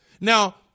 Now